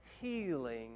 healing